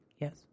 Yes